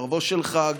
בערבו של חג,